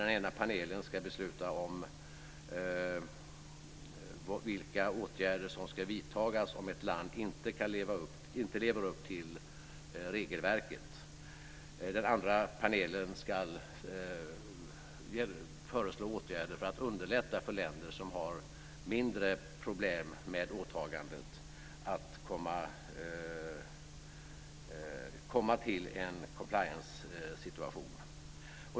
Den ena panelen ska besluta om vilka åtgärder som ska vidtas om ett land inte lever upp till regelverket. Den andra panelen ska föreslå åtgärder för att underlätta för länder som har mindre problem med åtagandet att komma till en compliance-situation.